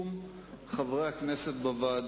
ואחרי זה יתחילו לשחק בתוכו.